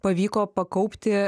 pavyko pakaupti